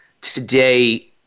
today